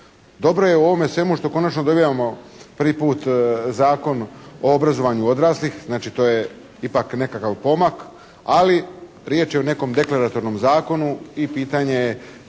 Dobro je u ovome svemu što konačno dobivamo prvi put Zakon o obrazovanju odraslih, znači to je ipak nekakav pomak, ali riječ je o nekom deklaratornom zakonu i pitanje je